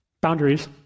boundaries